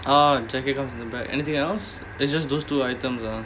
orh the jacket comes in the bag anything else it's just those two items ah